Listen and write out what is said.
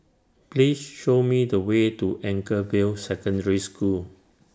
Please Show Me The Way to Anchorvale Secondary School